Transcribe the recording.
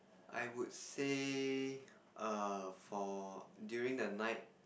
I would say err for during the night